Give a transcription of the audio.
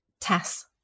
Tess